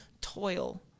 toil